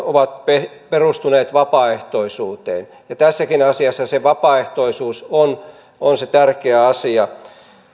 ovat perustuneet vapaaehtoisuuteen tässäkin asiassa se vapaaehtoisuus on on tärkeä asia